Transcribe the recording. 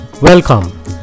Welcome